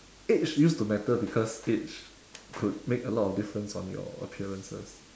age used to matter because age could make a lot of difference on your appearances